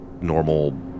normal